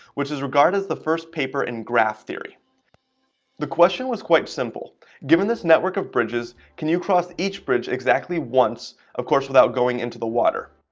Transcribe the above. which is regard as the first paper and graph theory the question was quite simple given this network of bridges. can you cross each bridge exactly once of course without going into the water